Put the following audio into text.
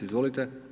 Izvolite.